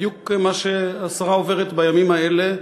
בדיוק מה שהשרה עוברת בימים האלה,